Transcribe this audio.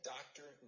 Doctor